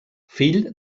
fill